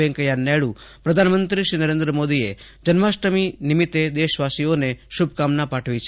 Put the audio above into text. વૈંકેયા નાયડુ પ્રધાનમંત્રી શ્રી નરેન્દ્ર મોદીએ જન્માષ્ટમી નિમિત્તે દેશવાસીઓને શુભકામના પાઠવી હતી